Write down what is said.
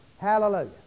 hallelujah